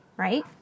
right